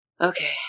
Okay